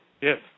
Yes